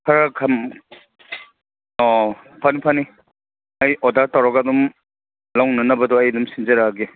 ꯈꯔ ꯑꯣ ꯐꯅꯤ ꯐꯅꯤ ꯑꯩ ꯑꯣꯗꯔ ꯇꯧꯔꯒ ꯑꯗꯨꯝ ꯂꯧꯅꯅꯕꯗꯣ ꯑꯩ ꯑꯗꯨꯝ ꯁꯤꯟꯖꯔꯛꯑꯒꯦ